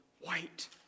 white